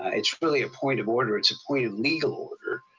ah it's really a point of order, it's a point of legal order,